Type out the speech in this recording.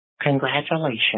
Congratulations